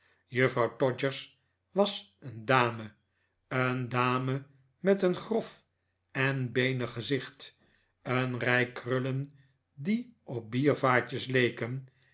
juffrouw todgers was een dame een dame met een grof en beenig gezicht een rij krullen die op biervaatjes leken